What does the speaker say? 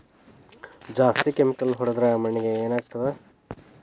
ಜಾಸ್ತಿ ಕೆಮಿಕಲ್ ಹೊಡೆದ್ರ ಮಣ್ಣಿಗೆ ಏನಾಗುತ್ತದೆ?